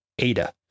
ADA